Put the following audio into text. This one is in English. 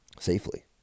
safely